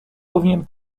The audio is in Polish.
powinien